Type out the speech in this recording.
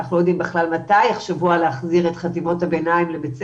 אנחנו לא יודעים בכלל מתי יחשבו על להחזיר את חטיבות הביניים לבית הספר,